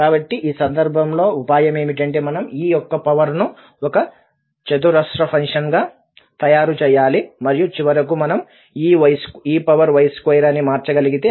కాబట్టి ఈ సందర్భంలో ఉపాయం ఏమిటంటే మనం e యొక్క పవర్ ను ఒక చతురస్ర ఫంక్షన్గా తయారు చేయాలి మరియు చివరకు మనం ey2 అని మార్చగలిగితే